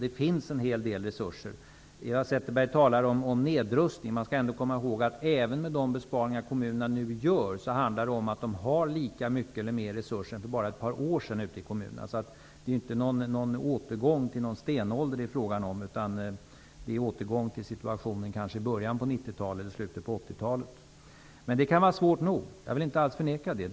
Det finns en hel del resurser. Eva Zetterberg talar om nedrustning. Man skall ändå komma ihåg att även med de besparingar kommunerna nu gör handlar det om att de ute i kommunerna har lika mycket eller mer resurser än för bara ett par år sedan. Det är inte någon återgång till stenåldern det är fråga om, utan det är en återgång till situationen i början på 90 talet eller slutet av 80-talet. Det kan vara svårt nog. Jag vill inte alls förneka det.